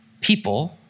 people